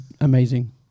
amazing